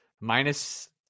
minus